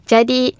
Jadi